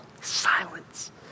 silence